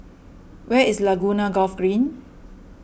where is Laguna Golf Green